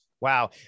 Wow